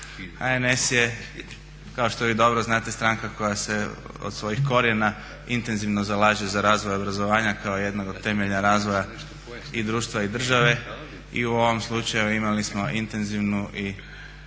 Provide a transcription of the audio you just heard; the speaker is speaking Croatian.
HNS je kao što vi dobro znate stranka koja se od svojih korijena intenzivno zalaže za razvoj obrazovanja kao jednog od temelja razvoja i društva i države i u ovom slučaju imali smo intenzivnu i